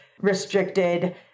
restricted